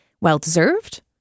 Well-deserved